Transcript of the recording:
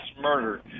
murder